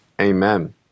Amen